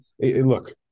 look